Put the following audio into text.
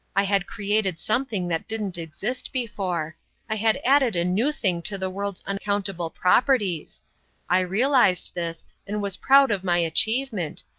i had created something that didn't exist before i had added a new thing to the world's uncountable properties i realized this, and was proud of my achievement,